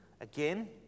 again